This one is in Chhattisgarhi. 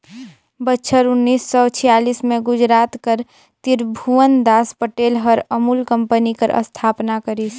बछर उन्नीस सव छियालीस में गुजरात कर तिरभुवनदास पटेल हर अमूल कंपनी कर अस्थापना करिस